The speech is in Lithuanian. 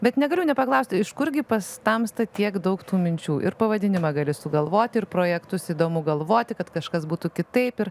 bet negaliu nepaklausti iš kurgi pas tamstą tiek daug tų minčių ir pavadinimą gali sugalvoti ir projektus įdomu galvoti kad kažkas būtų kitaip ir